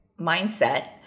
mindset